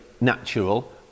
natural